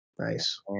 Nice